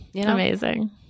Amazing